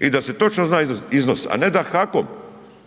i da se točno zna iznos ne da HAKOM